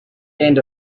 and